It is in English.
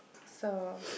so